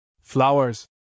Flowers